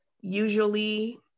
usually